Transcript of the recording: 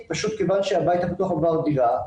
פשוט מכיוון שהבית הפתוח עבר דירה,